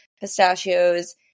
pistachios